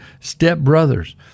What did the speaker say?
stepbrothers